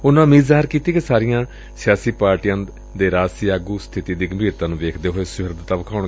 ਉਨੂਾ ਉਮੀਦ ਜ਼ਾਹਿਰ ਕੀਤੀ ਕਿ ਸਾਰੀਆਂ ਪਾਰਟੀਆਂ ਦੇ ਰਾਜਸੀ ਆਗੁ ਸਬਿਤੀ ਦੀ ਗੰਭੀਰਤਾ ਨੂੰ ਦੇਖਦੇ ਹੋਏ ਸੁਹਿਰਦਤਾ ਦਿਖਾਉਣਗੇ